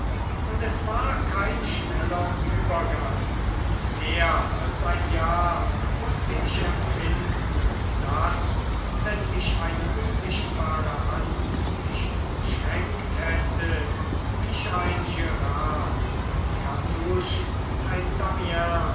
und es war kein schneller übergang mehr als ein jahr mußte ich empfinden daß wenn mich eine unsichtbare hand nicht umschränkt hätte ich ein girard ein cartouche ein